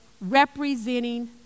representing